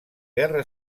guerra